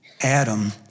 Adam